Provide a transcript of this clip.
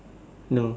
no